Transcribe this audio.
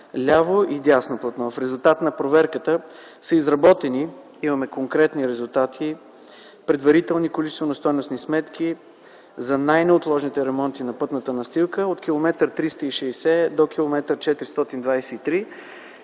ляво и дясно платно. В резултат на проверката са изработени – имаме конкретни резултати, предварителни количествено-стойностни сметки за най-неотложните ремонти на пътната настилка от километър 360 до километър 423.